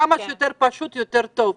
כמה שיותר פשוט יותר טוב,